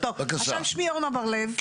אז שמי אורנה בר לב,